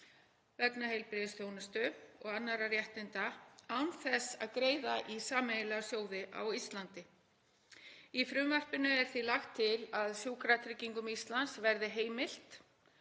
vegna heilbrigðisþjónustu og annarra réttinda án þess að greiða í sameiginlega sjóði á Íslandi. Í frumvarpinu er því lagt til að Sjúkratryggingum Íslands verði heimilt